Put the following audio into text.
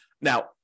now